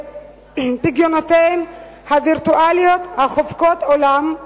פגיונותיהם הווירטואליים החובקים עולם,